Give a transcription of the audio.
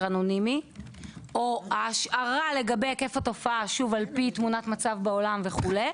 אנונימי או ההשערה לגבי היקף התופעה על פי תמונת מצב בעולם וכו',